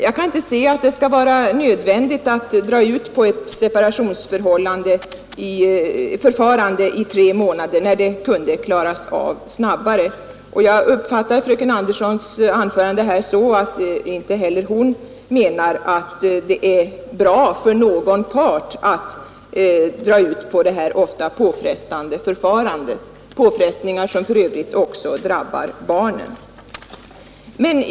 Jag kan inte se att det skall vara nödvändigt att dra ut på ett separationsförfarande i tre månader, när det kunde klaras av snabbare. Jag uppfattar fröken Andersons anförande så att inte heller hon menar att det är bra för någon part att dra ut på det här ofta påfrestande förfarandet — påfrestningar som för övrigt också drabbar barnen.